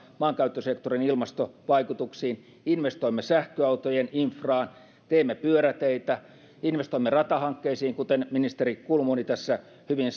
maankäyttösektorin ilmastovaikutuksiin investoimme sähköautojen infraan teemme pyöräteitä investoimme ratahankkeisiin kuten ministeri kulmuni tässä hyvin